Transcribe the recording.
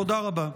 תודה רבה.